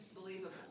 Believable